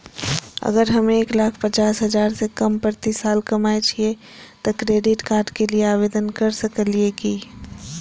अगर हम एक लाख पचास हजार से कम प्रति साल कमाय छियै त क्रेडिट कार्ड के लिये आवेदन कर सकलियै की?